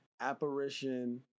apparition